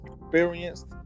experienced